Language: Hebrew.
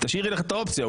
תשאירי לך את האופציה.